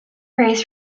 praise